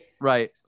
Right